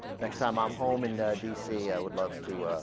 next time i'm home and ah. d c i would love to